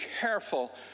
careful